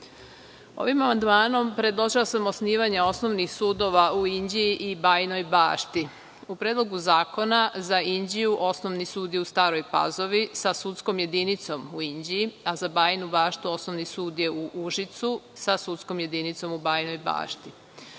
amandmanom predložila sam osnivanje osnovnih sudova u Inđiji i Bajinoj Bašti. U Predlogu zakona za Inđiju Osnovni sud je u Staroj Pazovi sa sudskom jedinicom u Inđiji, a za Bajinu Baštu Osnovni sud je u Užicu sa sudskom jedinicom u Bajinoj